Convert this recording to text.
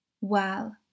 Well